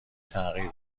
تغییر